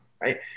right